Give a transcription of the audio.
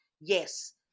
yes